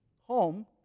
home